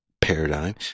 paradigm